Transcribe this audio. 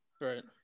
Right